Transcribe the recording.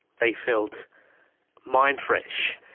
they felt mind-fresh.